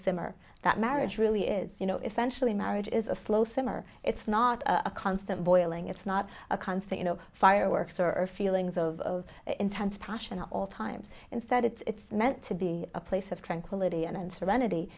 simmer that marriage really is you know essentially marriage is a slow simmer it's not a constant boiling it's not a constant you know fireworks are feelings of intense passion at all times instead it's meant to be a place of tranquility and serenity